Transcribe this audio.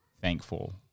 thankful